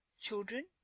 Children